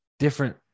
Different